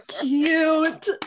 cute